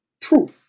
proof